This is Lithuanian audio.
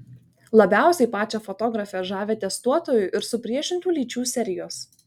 labiausiai pačią fotografę žavi testuotojų ir supriešintų lyčių serijos